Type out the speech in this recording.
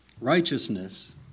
Righteousness